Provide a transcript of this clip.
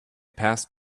passed